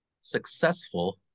successful